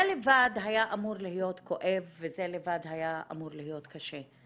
זה לבד היה אמור להיות כואב וזה לבד היה אמור להיות קשה,